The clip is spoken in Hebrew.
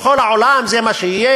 בכל העולם זה מה שיהיה,